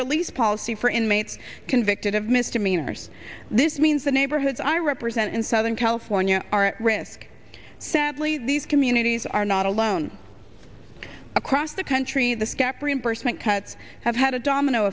release policy for inmates convicted of misdemeanors this means the neighborhoods i represent in southern california are at risk sadly these communities are not alone across the country this gap reimbursement cuts have had a domino